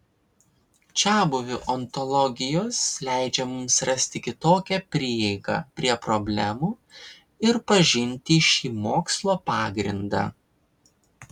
čiabuvių ontologijos leidžia mums rasti kitokią prieigą prie problemų ir pažinti šį mokslo pagrindą